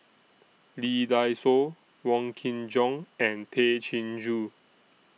Lee Dai Soh Wong Kin Jong and Tay Chin Joo